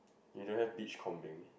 you don't have beachcombing